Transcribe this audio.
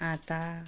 आँटा